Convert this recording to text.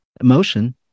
emotion